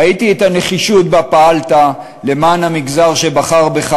ראיתי את הנחישות שבה פעלת למען המגזר שבחר בך,